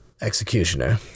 Executioner